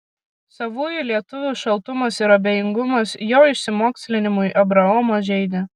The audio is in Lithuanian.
savųjų lietuvių šaltumas ir abejingumas jo išsimokslinimui abraomą žeidė